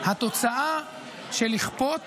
התוצאה של לכפות